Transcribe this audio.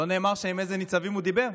לא נאמר שם עם איזה ניצבים הוא דיבר.